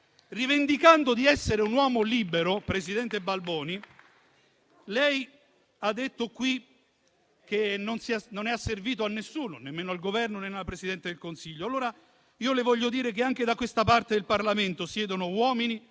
Rivendicando di essere un uomo libero, presidente Balboni, lei ha detto qui che non è asservito a nessuno, nemmeno al Governo, né alla Presidente del Consiglio. Allora io le voglio dire che anche da questa parte del Parlamento siedono uomini